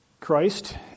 Christ